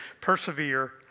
persevere